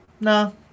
No